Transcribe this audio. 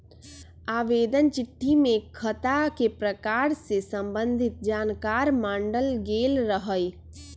आवेदन चिट्ठी में खता के प्रकार से संबंधित जानकार माङल गेल रहइ